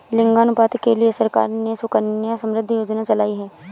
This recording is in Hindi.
लिंगानुपात के लिए सरकार ने सुकन्या समृद्धि योजना चलाई है